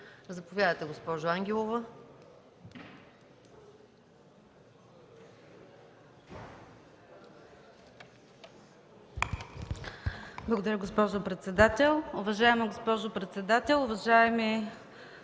Заповядайте, госпожо Ангелова.